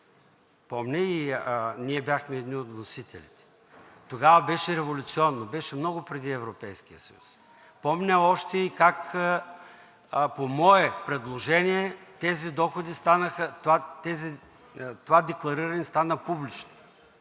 Помня и ние бяхме едни от вносителите. Тогава беше революционно, беше много преди Европейския съюз. Помня още и как по мое предложение това деклариране стана публично.